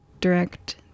direct